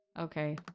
Okay